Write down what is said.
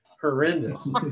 horrendous